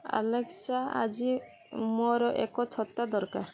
Alexa ଆଜି ମୋର ଏକ ଛତା ଦରକାର